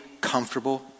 comfortable